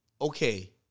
okay